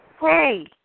hey